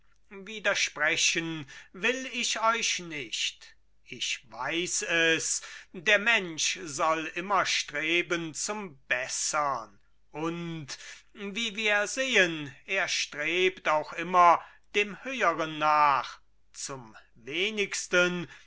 widersprechen will ich euch nicht ich weiß es der mensch soll immer streben zum bessern und wie wir sehen er strebt auch immer dem höheren nach zum wenigsten